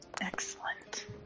Excellent